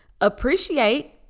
Appreciate